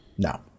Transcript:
No